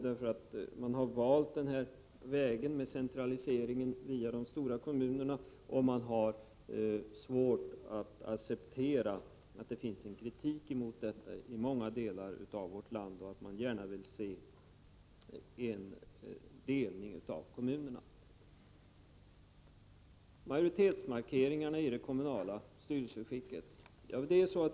De har valt den här vägen med centraliseringen via de stora kommunerna och har svårt att acceptera att det finns kritik mot detta i många delar av vårt land, där man gärna vill se en delning av kommunerna. Jag vill även säga något om majoritetsmarkeringarna i det kommunala styrelseskicket.